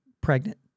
pregnant